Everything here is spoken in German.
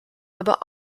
aber